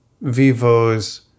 Vivo's